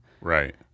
Right